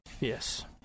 Yes